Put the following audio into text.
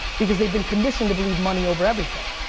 because they've been conditioned to believe money over everything.